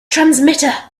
transmitter